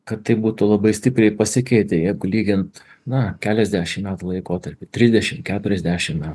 kad tai būtų labai stipriai pasikeitė jeigu lygint na keliasdešimt metų laikotarpiu trisdešimt keturiasdešimt metų